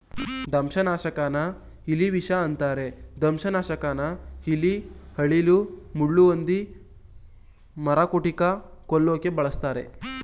ದಂಶನಾಶಕನ ಇಲಿವಿಷ ಅಂತರೆ ದಂಶನಾಶಕನ ಇಲಿ ಅಳಿಲು ಮುಳ್ಳುಹಂದಿ ಮರಕುಟಿಕನ ಕೊಲ್ಲೋಕೆ ಬಳುಸ್ತರೆ